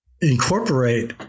incorporate